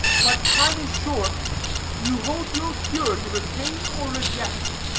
but time is short you hold your cure, to retain or reject.